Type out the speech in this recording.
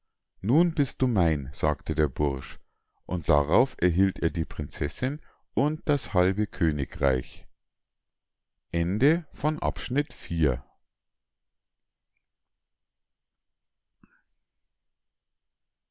nun bist du mein sagte der bursch und darauf erhielt er die prinzessinn und das halbe königreich